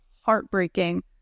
heartbreaking